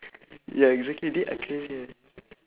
ya exactly they are crazy ah